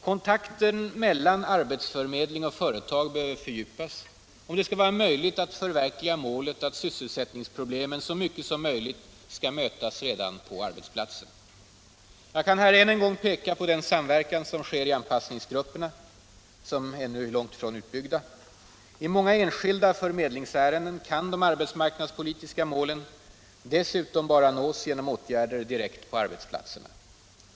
Kontakten mellan arbetsförmedling och företag behöver fördjupas om det skall vara möjligt att förverkliga målet att sysselsättningsproblemen så mycket som möjligt skall mötas redan på arbetsplatsen. Jag kan här än en gång peka på den samverkan som sker i anpassningsgrupperna, som ännu långt ifrån är utbyggda. I många enskilda förmedlingsärenden kan de arbetsmarknadspolitiska målen dessutom bara nås genom åtgärder direkt på arbetsplatserna.